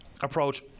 approach